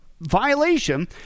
violation